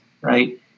right